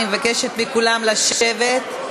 אני מבקשת מכולם לשבת.